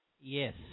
Yes